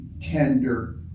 tender